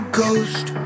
ghost